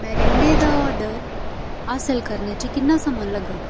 मैरिनेडें दा ऑर्डर हासल करने च किन्ना समां लग्गग